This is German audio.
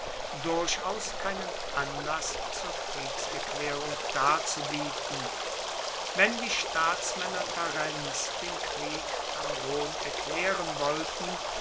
durchaus keinen anlass zur kriegserklaerung darzubieten wenn die staatsmaenner tarents den krieg an rom erklaeren wollten